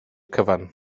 cyfan